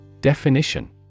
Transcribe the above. Definition